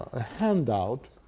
ah handout.